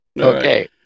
Okay